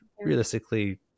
realistically